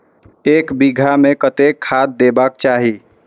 एक बिघा में कतेक खाघ देबाक चाही?